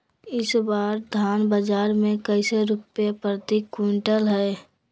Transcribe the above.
इस बार धान बाजार मे कैसे रुपए प्रति क्विंटल है?